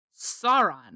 Sauron